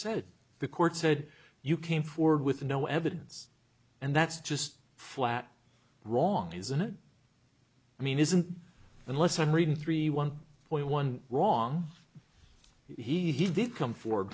said the court said you came forward with no evidence and that's just flat wrong isn't it i mean isn't unless i'm reading three one point one wrong he did come for